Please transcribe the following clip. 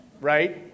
right